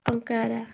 Ankara